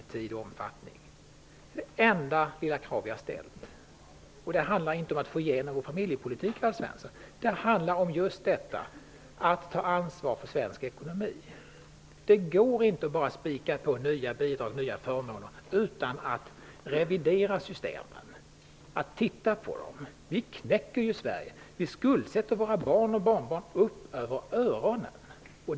Det är det enda krav som vi har ställt. Det handlar inte om att vi skall få igenom vår familjepolitik, Alf Svensson. Det handlar om att ta ansvar för svensk ekonomi. Det går inte att bara komma med nya bidrag och förmåner utan att revidera och titta på systemen. Vi knäcker Sverige. Vi skuldsätter våra barn och barnbarn upp över öronen.